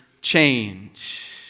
change